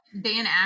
Dan